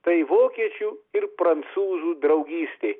tai vokiečių ir prancūzų draugystė